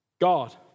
God